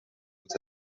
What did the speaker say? بود